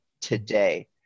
today